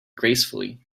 gracefully